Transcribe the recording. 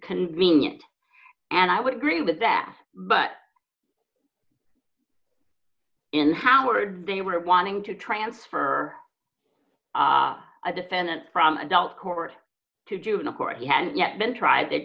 convenience and i would agree with that but in howard they were wanting to transfer a defendant from adult court to juvenile court he hadn't yet been tried they